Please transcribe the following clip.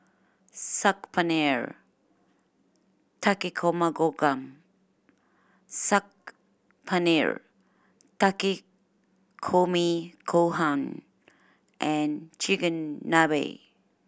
Saag Paneer Takikomi Saag Paneer Takikomi Gohan and Chigenabe